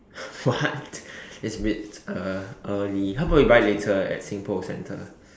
what it's a bit uh early how about you buy later at Singpost centre